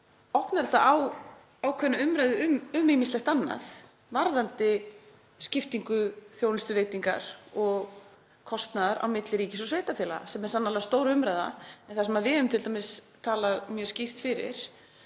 opnar þetta á ákveðna umræðu um ýmislegt annað varðandi skiptingu þjónustuveitingar og kostnaðar á milli ríkis og sveitarfélaga, sem er sannarlega stór umræða. En það sem við Píratar höfum talað mjög skýrt fyrir